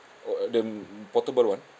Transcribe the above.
oh the portable one